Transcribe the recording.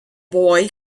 boy